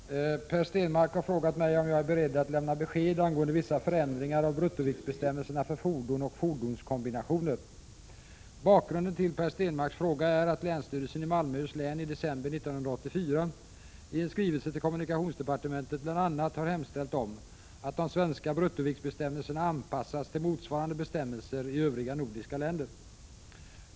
Herr talman! Per Stenmarck har frågat mig om jag är beredd att lämna besked angående vissa förändringar av bruttoviktsbestämmelserna för fordon och fordonskombinationer. Bakgrunden till Per Stenmarcks fråga är att länsstyrelsen i Malmöhus län i december 1984 i en skrivelse till kommunikationsdepartementet bl.a. har hemställt om att de svenska bruttoviktsbestämmelserna anpassas till motsvarande bestämmelser i övriga nordiska länder.